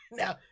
now